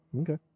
Okay